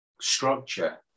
structure